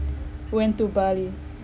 went to bali